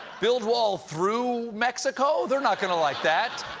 build wall through mexico? they're not going to like that.